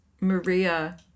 Maria